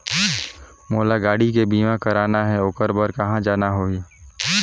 मोला गाड़ी के बीमा कराना हे ओकर बार कहा जाना होही?